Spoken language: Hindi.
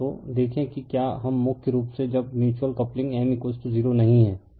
तो देखें कि क्या हम मुख्य रूप से जब म्यूच्यूअल कपलिंग M 0 नहीं है